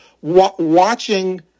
watching